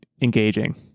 engaging